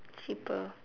cheaper